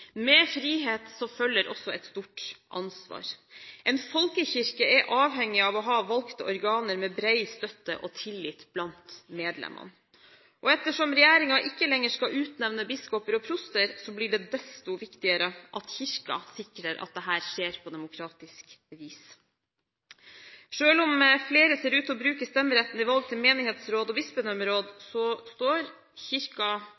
Med frihet følger også et stort ansvar. En folkekirke er avhengig av å ha valgte organer med bred støtte og tillit blant medlemmene, og ettersom regjeringen ikke lenger skal utnevne biskoper og proster, blir det desto viktigere at Kirken sikrer at dette skjer på demokratisk vis. Selv om flere ser ut til å bruke stemmeretten ved valg til menighetsråd og